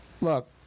look